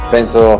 penso